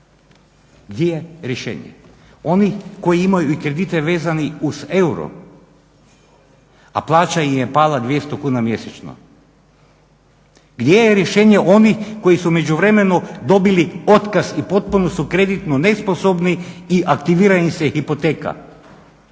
Gdje je rješenje? Oni koji imaju i kredite vezani uz euro, a plaća im je pala 200 kuna mjesečno gdje je rješenje onih koji su u međuvremenu dobili otkaz i potpuno kreditno nesposobni i aktivira im se hipoteka.